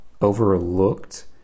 overlooked